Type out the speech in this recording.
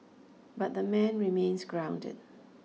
but the man remains grounded